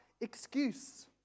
excuse